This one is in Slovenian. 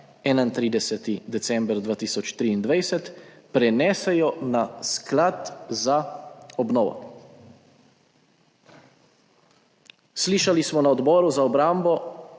31. december 2023 prenesejo na sklad za obnovo.« ¸ Slišali smo na Odboru za obrambo